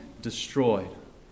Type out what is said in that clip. destroyed